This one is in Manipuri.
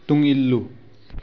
ꯇꯨꯡ ꯏꯜꯂꯨ